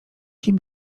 kim